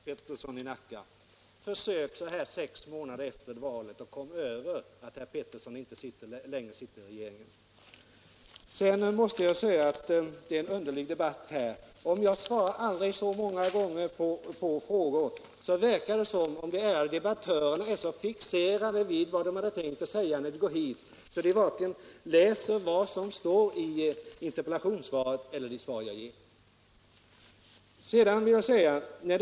Herr talman! Försök, herr Peterson i Nacka, så här sex månader efter valet att komma över att ni inte längre sitter i regeringen! Jag måste säga att det här är en underlig debatt. Om jag svarar aldrig så många gånger på frågor, verkar det ändå som om de ärade debattörerna är så fixerade vid vad de hade tänkt att säga när de gick hit att de varken läser vad som står i interpellationssvaret eller hör på de svar jag ger.